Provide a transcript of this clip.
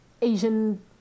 Asian